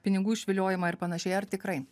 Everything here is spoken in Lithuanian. pinigų išviliojimą ir panašiai ar tikrai